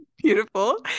Beautiful